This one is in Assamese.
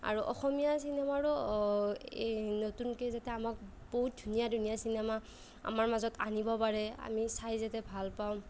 আৰু অসমীয়া চিনেমাৰো এই নতুনকৈ যাতে আমাক বহুত ধুনীয়া ধুনীয়া চিনেমা আমাৰ মাজত আনিব পাৰে আমি চাই যাতে ভাল পাওঁ